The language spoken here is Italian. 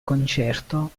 concerto